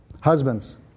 Husbands